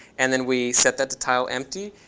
and then we set that tile empty.